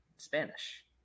spanish